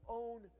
own